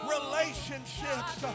Relationships